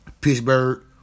Pittsburgh